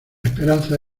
esperanza